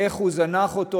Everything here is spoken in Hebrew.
איך הוא זנח אותו,